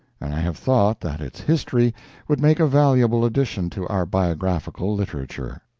and i have thought that its history would make a valuable addition to our biographical literature.